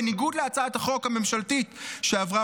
בניגוד להצעת החוק הממשלתית שעברה